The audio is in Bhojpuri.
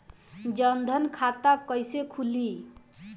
जनधन खाता कइसे खुली?